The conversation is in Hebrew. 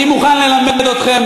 אני מוכן ללמד אתכם,